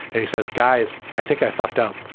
and he says, guys, i think i fucked up